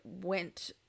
went